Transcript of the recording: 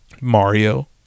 Mario